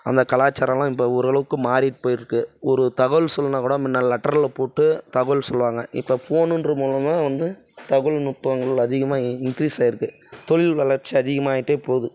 அந்த கலாச்சாரலா இப்போ ஓரளவுக்கு மாறி போய் இருக்கு ஒரு தகவல் சொல்லணுனா கூட முன்ன லெட்டரில் போட்டு தகவல் சொல்லுவாங்க இப்போ ஃபோனுன்ற மூலமாக வந்து தகவல் நுட்பங்கள் அதிகமாக இன்க்ரிஸ் ஆயிருக்கு தொழில் வளர்ச்சி அதிகமாயிகிட்டே போது